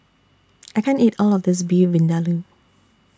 I can't eat All of This Beef Vindaloo